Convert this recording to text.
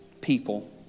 people